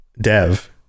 dev